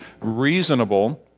Reasonable